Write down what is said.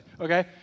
okay